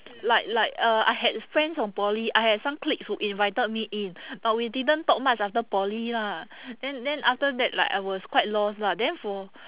like like uh I had friends from poly I have some cliques who invited me in but we didn't talk much after poly ah then then after that like I was quite lost lah then for